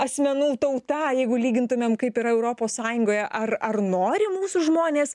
asmenų tauta jeigu lygintumėm kaip yra europos sąjungoje ar ar nori mūsų žmonės